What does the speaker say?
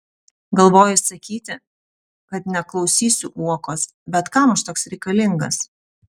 galvoju sakyti kad neklausysiu uokos bet kam aš toks reikalingas